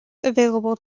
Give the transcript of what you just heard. available